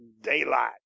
daylight